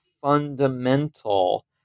fundamental